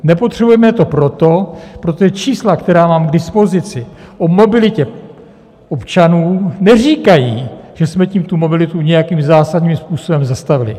Nepotřebujeme to proto, protože čísla, která mám k dispozici o mobilitě občanů neříkají, že jsme tím tu mobilitu nějakým zásadním způsobem zastavili.